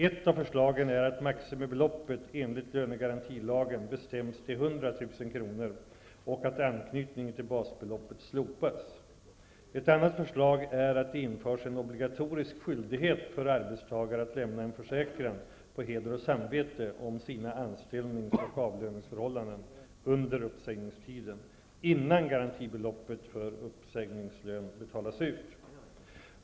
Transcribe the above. Ett av förslagen är att maximibeloppet enligt lönegarantilagen bestäms till 100 000 kr. och att anknytningen till basbeloppet slopas. Ett annat förslag är att det införs en obligatorisk skyldighet för arbetstagare att lämna en försäkran på heder och samvete om sina anställnings och avlöningsförhållanden under uppsägningstiden, innan garantibelopp för uppsägningslön betalas ut.